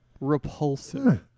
Repulsive